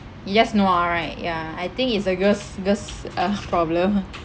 you just know ah right ya I think it's a girls' girls' uh problem